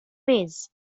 ways